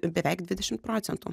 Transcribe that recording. beveik dvidešimt procentų